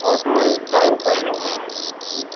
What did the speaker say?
उ तो सौ रुपये में है